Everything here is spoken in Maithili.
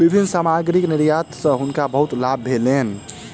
विभिन्न सामग्री निर्यात सॅ हुनका बहुत लाभ भेलैन